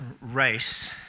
race